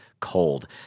Cold